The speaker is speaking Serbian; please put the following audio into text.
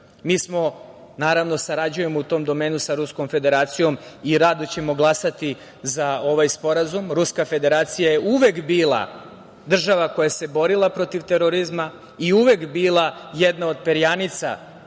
SAD.Mi, naravno, sarađujemo u tom domenu sa Ruskom Federacijom i rado ćemo glasati za ovaj sporazum. Ruska Federacija je uvek bila država koja se borila protiv terorizma i uvek bila jedna od perjanica